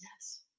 Yes